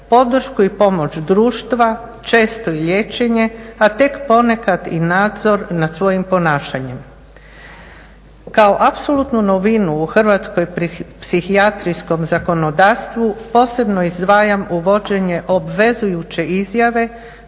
podršku i pomoć društva, često i liječenje a tek ponekad i nadzor nad svojim ponašanjem. Kao apsolutnu novinu u hrvatskom psihijatrijskom zakonodavstvu posebno izdvajam uvođenje obvezujuće izjave